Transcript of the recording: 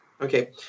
Okay